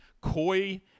Coy